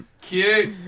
Cute